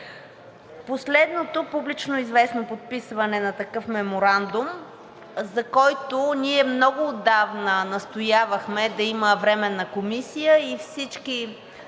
Последното публично известно подписване на такъв меморандум, за който ние много отдавна настоявахме да има временна комисия и всички